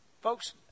folks